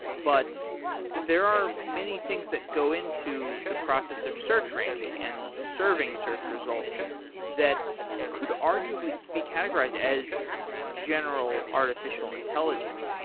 but there are many things that go into the process of search ranking and serving search results that could arguably be categorized as general artificial intelligence.